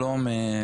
שלום,